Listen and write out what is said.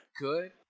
good